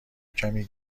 کمی